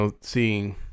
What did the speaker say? seeing